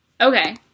Okay